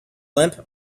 limp